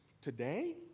today